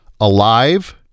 Alive